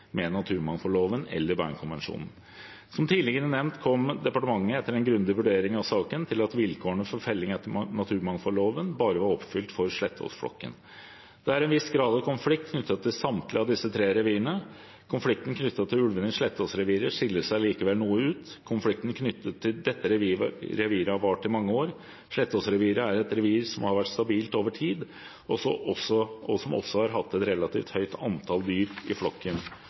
med naturmangfoldloven eller Bernkonvensjonen. Som tidligere nevnt kom departementet, etter en grundig vurdering av saken, til at vilkårene for felling etter naturmangfoldloven bare var oppfylt for Slettås-flokken. Det er en viss grad av konflikt knyttet til samtlige av disse tre revirene. Konflikten knyttet til ulvene i Slettås-reviret skiller seg likevel noe ut. Konflikten knyttet til dette reviret har vart i mange år. Slettås-reviret er et revir som har vært stabilt over tid, og som også har hatt et relativt høyt antall dyr i flokken